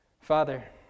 Father